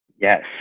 Yes